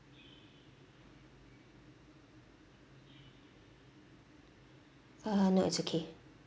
uh no it's okay